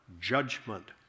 Judgment